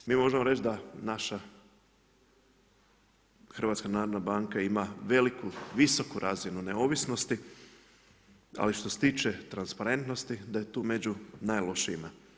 Mi možemo reći, da naša HNB ima veliku, visoku razinu neovisnosti, ali što se tiče transparentnosti, da je tu među najlošijima.